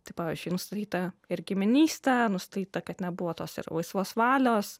tai pavyzdžiui nustatyta ir giminystė nustatyta kad nebuvo tos ir laisvos valios